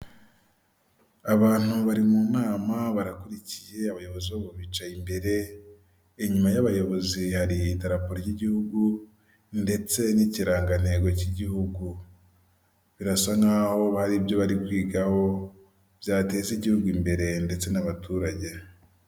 Abantu bari mu nama, barakurikiye, abayobozi babo bicaye imbere, inyuma y'abayobozi hari idarapo ry'igihugu, ndetse n'ikirangantego cy'igihugu. Birasa nk'aho hari ibyo bari kwigaho, byateza igihugu imbere, ndetse n'abaturage.